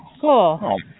cool